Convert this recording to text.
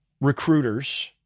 recruiters